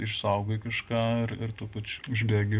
išsaugai kažką ir ir tuo pačiu užbėgi